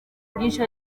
byinshi